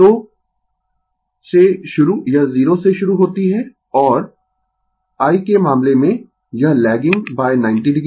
तो से शुरु यह 0 से शुरू होती है और I के मामले में यह लैगिंग 90 o